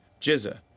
Jizza